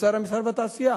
כשר המסחר והתעשייה.